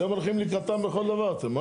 אתם הולכים לקראתם בכל דבר אתם.